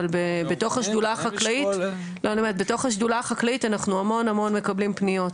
אבל בתוך השדולה החקלאית אנחנו המון המון מקבלים פניות